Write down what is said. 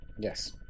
Yes